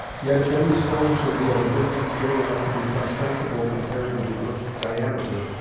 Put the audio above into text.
yet if any stone should be at a distance great enough to become sensible compared with the earth's diameter,